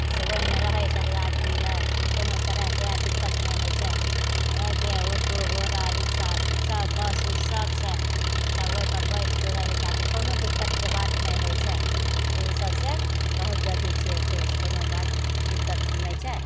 से ओइमे रहय छै आदमी अर कोनो तरहके दिक्कत नहि होय छै रहयके ऑटो घोड़ा रिक्शा सब बस उस सब छै तब ओइपर बैठके रहय छै आदमी कोनो दिक्कतके बात नहि होि छै उ सबसँ बहुत अथी छियै खुश कोनो बात दिक्कत नहि छै